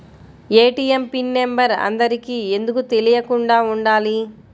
ATM PIN number అందరికి ఎందుకు తెలియకుండా ఉండాలి?